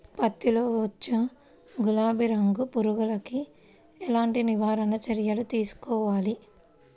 పత్తిలో వచ్చు గులాబీ రంగు పురుగుకి ఎలాంటి నివారణ చర్యలు తీసుకోవాలి?